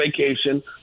vacation